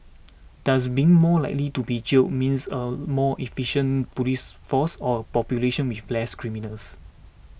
does being more likely to be jailed means a more efficient police force or population with less criminals